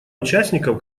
участников